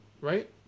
Right